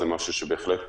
זה משהו שבהחלט